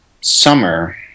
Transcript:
summer